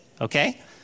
Okay